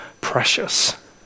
precious